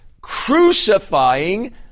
Crucifying